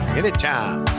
Anytime